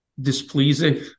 displeasing